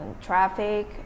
traffic